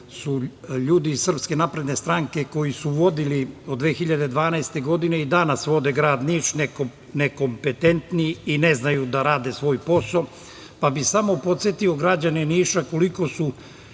su ljudi iz SNS koji su vodili od 2012. godine i danas vode grad Niš, nekompetentni i ne znaju da rade svoj posao, pa bih samo podsetio građane Niša koliko su